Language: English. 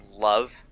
love